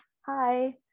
Hi